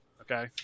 Okay